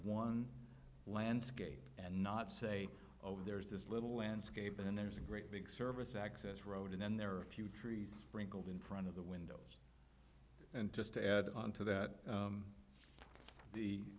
one landscape and not say over there is this little landscape and there's a great big service access road and then there are a few trees sprinkled in front of the window and just to add on to that